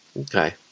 Okay